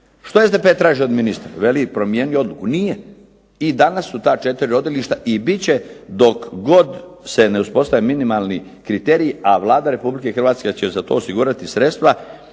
Što SDP traži od ministra. Veli promijeni odluku. Nije. I danas su ta 4 rodilišta i bit će dok god se ne uspostave minimalni kriteriji, a Vlada Republike Hrvatske će za to osigurati sredstva